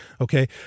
Okay